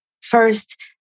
first